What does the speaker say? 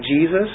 Jesus